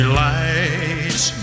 lights